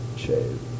shave